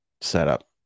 setup